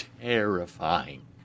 terrifying